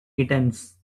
kittens